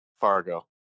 Fargo